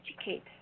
educate